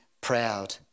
proud